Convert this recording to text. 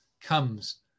comes